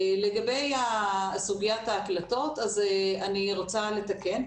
לגבי סוגיית ההקלטות, אני רוצה לתקן.